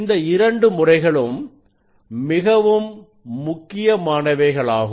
இந்த இரண்டு முறைகளும் மிகவும் முக்கியமானவைகளாகும்